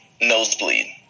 nosebleed